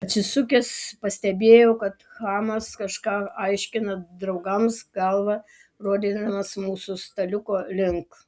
atsisukęs pastebėjau kad chamas kažką aiškina draugams galva rodydamas mūsų staliuko link